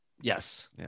Yes